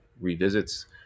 revisits